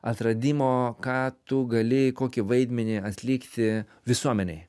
atradimo ką tu gali kokį vaidmenį atlikti visuomenėj